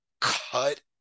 Cut